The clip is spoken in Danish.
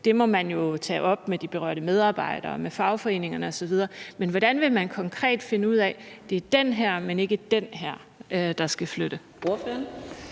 Det må man jo tage op med de berørte medarbejdere og med fagforeningerne osv. Men hvordan vil man konkret finde ud af, at det er den her, men ikke den her, der skal flytte?